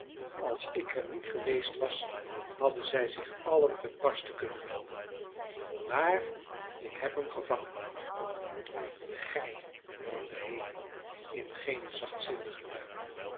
als ik er niet geweest was hadden zij zich allen te barsten kunnen loopen maar ik heb hem gevangen gij bromde haley in geene zachtzinnige luim